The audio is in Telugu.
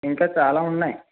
ఇంకా చాలా ఉన్నాయి